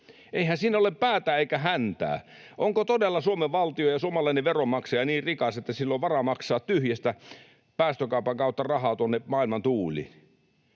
Eihän siinä ole päätä eikä häntää! Onko todella Suomen valtio ja suomalainen veronmaksaja niin rikas, että sillä on varaa maksaa tyhjästä päästökaupan kautta rahaa tuonne maailman tuuliin?